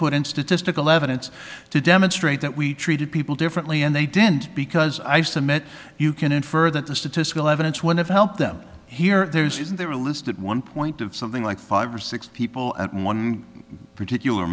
put in statistical evidence to demonstrate that we treated people differently and they didn't because i submit you can infer that the statistical evidence when it help them here or there is in their list at one point of something like five or six people at one particular